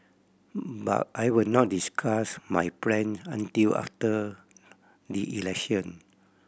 but I will not discuss my plan until after the election